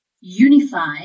unify